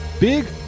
Big